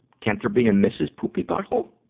can't there be a mrs. poopy butthole?